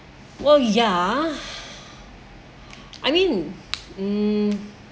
well ya I mean um